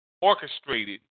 orchestrated